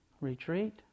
retreat